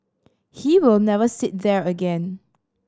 he will never sit there again